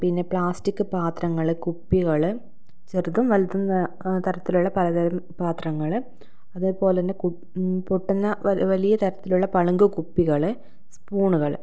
പിന്നെ പ്ലാസ്റ്റിക് പാത്രങ്ങൾ കുപ്പികൾ ചെറുതും വലുതും തരത്തിലുള്ള പലതരം പാത്രങ്ങൾ അതേപോലെ തന്നെ പൊട്ടുന്ന വലിയ തരത്തിലുള്ള പളുങ്ക് കുപ്പികൾ സ്പൂണുകൾ